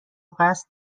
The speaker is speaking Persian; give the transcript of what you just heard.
قصد